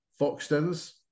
Foxtons